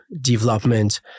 development